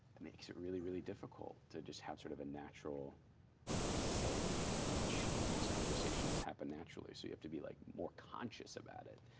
it makes it really, really difficult to just have sort of a natural setting in which these conversations happen naturally. so you have to be like more conscious about it.